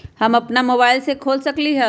हम अपना मोबाइल से खोल सकली ह?